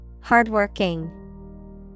Hardworking